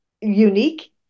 unique